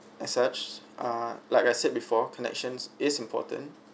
as such ah like I said before connections is important